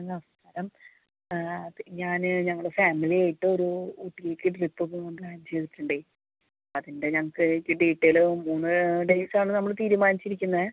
നമസ്കാരം അത് ഞാൻ ഞങ്ങൾ ഫാമിലി ആയിട്ട് ഒരു ഊട്ടിയിലേക്ക് ട്രിപ്പ് പോവാൻ പ്ലാൻ ചെയ്തിട്ടുണ്ടേ അതിൻ്റെ ഞങ്ങൾക്ക് കറക്റ്റ് ഡീറ്റെയിലോ മൂന്ന് ഡേയ്സ് ആണ് നമ്മൾ തീരുമാനിച്ച് ഇരിക്കുന്നത്